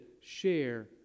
share